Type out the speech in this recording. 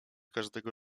każdego